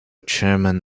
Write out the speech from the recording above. chairman